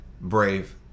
Brave